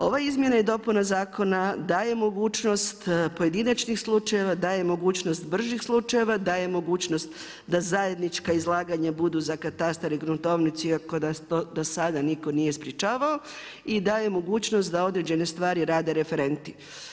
Ove izmjene i dopuna zakona daje mogućnost pojedinačnih slučajeva, daje mogućnost bržih slučajeva, daje mogućnost da zajednička izlaganja budu za katastar i gruntovnicu iako to dosada nitko nije sprječavao, i daje mogućnost da određene stvari rade referenti.